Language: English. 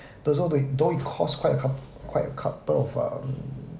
although it cost quite a coup~ quite a couple of um